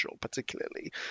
particularly